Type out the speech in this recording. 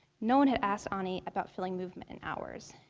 no one had asked anie about feeling movement in hours.